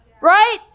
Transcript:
right